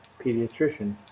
pediatrician